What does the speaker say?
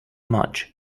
much